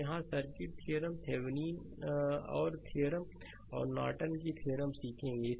तो यहाँ circuit theorem Thevenin की थ्योरम और नॉर्टन की थ्योरम सीखेंगे